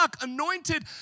anointed